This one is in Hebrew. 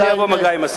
אני אבוא במגע עם השר.